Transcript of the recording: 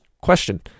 question